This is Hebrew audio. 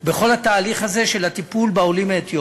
בכל התהליך הזה של הטיפול בעולים מאתיופיה,